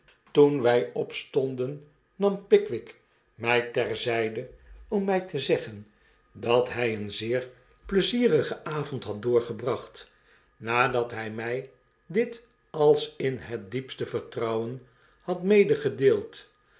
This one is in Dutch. toen wy opstonden nam pickwick my ter zflde om my te zeggen dat hy een zeer plet zierigen avond had doorgebracht nadat hy my dit als in het diepste vertrouwen had